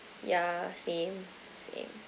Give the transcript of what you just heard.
yeah same same